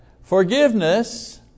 Forgiveness